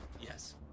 Yes